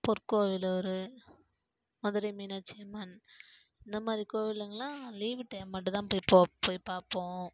பொற்கோவிலூர் மதுரை மீனாட்சியம்மன் இந்தமாதிரி கோயிலுங்களாம் leave time மட்டும் தான் போய் பா போய் பார்ப்போம்